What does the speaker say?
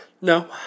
No